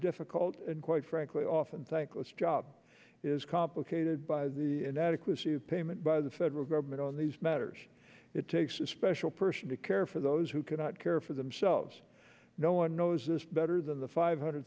difficult and quite frankly often thankless job is complicated by the inadequacy of payment by the federal government on these matters it takes a special person to care for those who cannot care for themselves no one knows this better than the five hundred